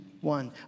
one